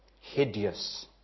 hideous